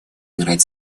играть